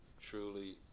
truly